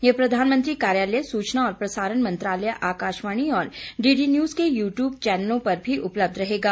यह प्रधानमंत्री कार्यालय सूचना और प्रसारण मंत्रालय आकाशवाणी और डीडी न्यूज के यू ट्यूब चैनलों पर भी उपलब्ध रहेगा